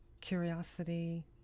curiosity